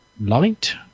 light